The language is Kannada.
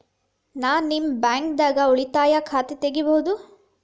ನಾ ನಿಮ್ಮ ಬ್ಯಾಂಕ್ ದಾಗ ಉಳಿತಾಯ ಖಾತೆ ತೆಗಿಬಹುದ?